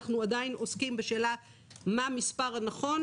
אנחנו עדיין עוסקים בשאלה מה המספר הנכון.